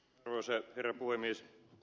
arvoisa herra puhemies